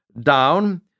down